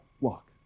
walk